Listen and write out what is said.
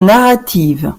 narrative